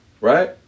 right